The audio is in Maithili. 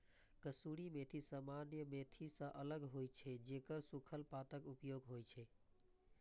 कसूरी मेथी सामान्य मेथी सं अलग मेथी होइ छै, जेकर सूखल पातक उपयोग होइ छै